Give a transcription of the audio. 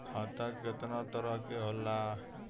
खाता केतना तरह के होला?